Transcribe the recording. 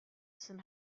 sind